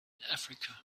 africa